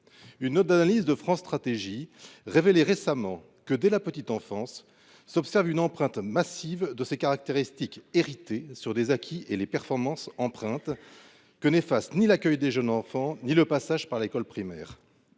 Une note d’analyse de France Stratégie révélait récemment :« Dès la petite enfance, on observe une empreinte massive des caractéristiques “héritées” sur les acquis et les performances, empreinte que n’effacent ni l’accueil des jeunes enfants ni le passage par l’école primaire.